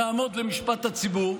נעמוד למשפט הציבור,